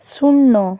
শূন্য